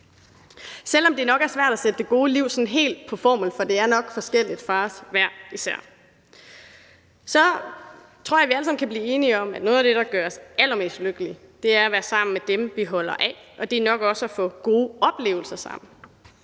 Selv om det nok er svært at sætte det gode liv helt på formel, for det er nok forskelligt for os hver især, så tror jeg, at vi alle sammen kan blive enige om, at noget af det, der gør os allermest lykkelige, er at være sammen med dem, vi holder af, og det er nok også at få gode oplevelser sammen.